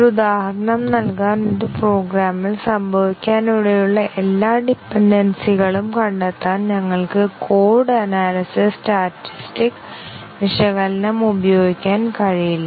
ഒരു ഉദാഹരണം നൽകാൻ ഒരു പ്രോഗ്രാമിൽ സംഭവിക്കാനിടയുള്ള എല്ലാ ഡിപെൻഡെൻസികളും കണ്ടെത്താൻ ഞങ്ങൾക്ക് കോഡ് അനാലിസിസ് സ്റ്റാറ്റിസ്റ്റിക് വിശകലനം ഉപയോഗിക്കാൻ കഴിയില്ല